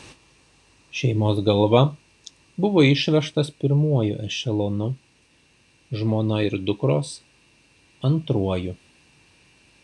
šeimos galva buvo išvežtas pirmuoju ešelonu žmona ir dukros antruoju